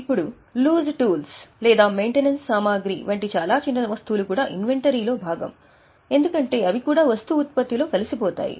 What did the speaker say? ఇప్పుడు loose tools లేదా maintenance సామాగ్రి వంటి చాలా చిన్న వస్తువులు కూడా ఇన్వెంటరీలో భాగం ఎందుకంటే అవి కూడా వస్తుఉత్పత్తిలో కలిసిపోతాయి